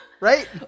Right